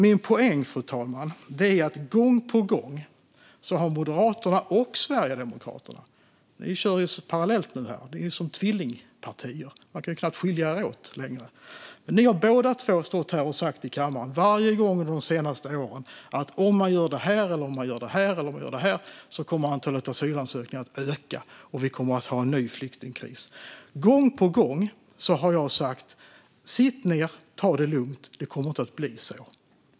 Min poäng, fru talman, är att vi gång på gång hört detta från Moderaterna och Sverigedemokraterna. Ni kör ju parallellt nu. Ni är som tvillingpartier. Man kan knappt skilja er åt längre. Ni har båda två stått här i kammaren, varje gång under de senaste åren, och sagt att om man gör det här eller det här kommer antalet asylansökningar att öka och vi kommer att ha en ny flyktingkris. Gång på gång har jag sagt: Sitt ned! Ta det lugnt! Det kommer inte att bli så.